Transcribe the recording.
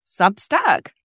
Substack